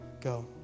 go